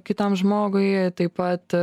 kitam žmogui taip pat